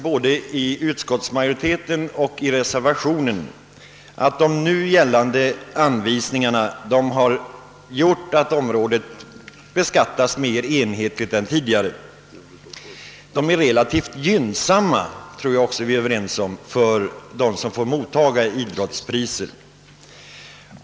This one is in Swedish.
Både utskottsmajoriteten och reservanterna är nog ganska överens om att gällande anvisningar medfört en enhetligare beskattning än tidigare. Jag tror också att dessa anvisningar är relativt gynnsamma för dem som mottar idrottspriser.